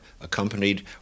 accompanied